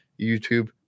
YouTube